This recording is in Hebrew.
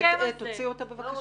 תוציאו את שפי בבקשה.